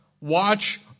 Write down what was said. watch